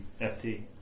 FT